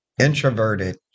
introverted